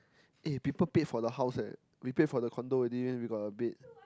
eh people paid for the house leh we paid for the condo already then we got the bed